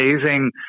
amazing